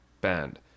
band